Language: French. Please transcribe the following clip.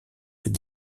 fait